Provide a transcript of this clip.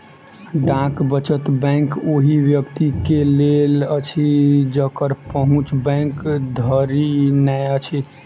डाक वचत बैंक ओहि व्यक्तिक लेल अछि जकर पहुँच बैंक धरि नै अछि